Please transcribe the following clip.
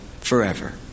forever